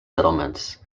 settlements